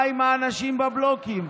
מה עם האנשים בבלוקים?